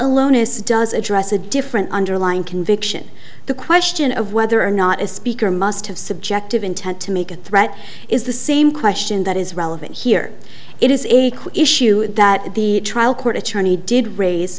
aloneness does address a different underlying conviction the question of whether or not as speaker must have subjective intent to make a threat is the same question that is relevant here it is a core issue that the trial court attorney did raise